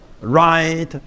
right